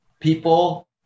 people